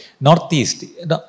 Northeast